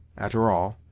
a'ter all,